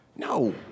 No